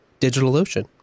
DigitalOcean